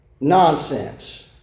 Nonsense